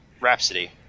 Rhapsody